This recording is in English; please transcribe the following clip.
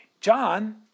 John